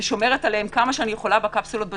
ושומרת עליהם כמה שאני יכולה בקפסולות בצהרונים.